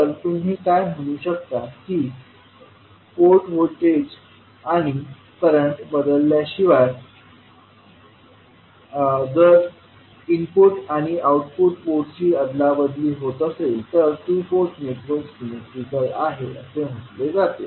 तर तुम्ही काय म्हणू शकता की पोर्ट व्होल्टेजे आणि करंट बदलल्याशिवाय जर इनपुट आणि आउटपुट पोर्टची अदलाबदली होत असेल तर टू पोर्ट नेटवर्क सिमेट्रीकल आहे असे म्हटले जाते